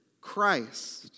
Christ